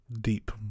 deep